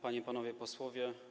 Panie i Panowie Posłowie!